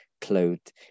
clothed